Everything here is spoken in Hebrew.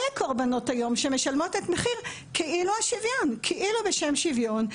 אלה קורבנות היום שמשלמות את מחיר כאילו בשם שוויון,